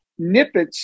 nippets